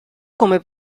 come